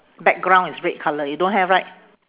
background is red colour you don't have right